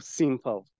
simple